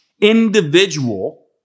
individual